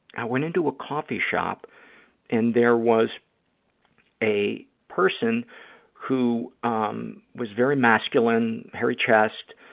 i went into a coffee shop and there was a person who um was very masculine, hairy chest,